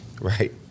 Right